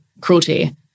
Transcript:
cruelty